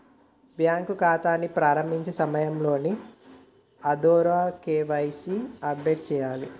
bank ఖాతాని ప్రారంభించే సమయంలో ఆధార్తో కేవైసీ ని అప్డేట్ చేయాలే